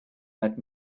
but